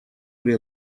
при